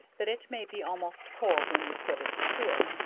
that it may be almost cold, when you put it to it,